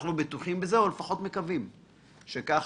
אנחנו בטוחים בזה, או לפחות מקווים מקווים שכך.